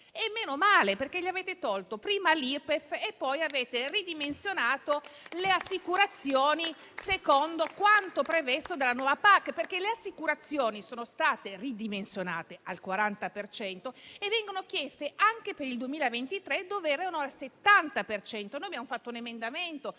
e meno male, perché prima gli avete tolto l'Irpef e poi avete ridimensionato le assicurazioni, secondo quanto previsto dalla nuova PAC. Le assicurazioni sono state ridimensionate al 40 per cento e vengono chieste anche per il 2023, quando erano al 70